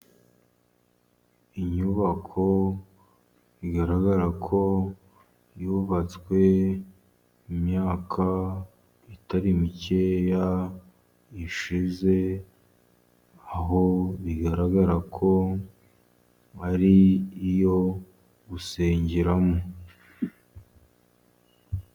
Inyubako bigaragarako yubatswe imyaka itari mikeya ishize, aho bigaragarako ari iyo gusengeramo.